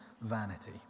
vanity